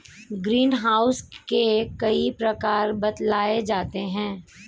green house के कई प्रकार बतलाए जाते हैं